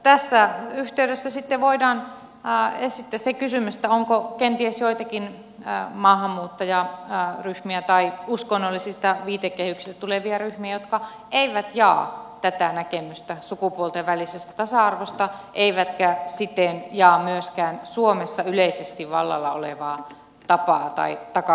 tässä yhteydessä sitten voidaan esittää se kysymys onko kenties joitakin maahanmuuttajaryhmiä tai uskonnollisista viitekehyksistä tulevia ryhmiä jotka eivät jaa tätä näkemystä sukupuolten välisestä tasa arvosta eivätkä siten jaa myöskään suomessa yleisesti vallalla olevaa tapakulttuuria